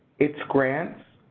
its grants,